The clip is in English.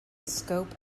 scope